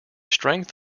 strength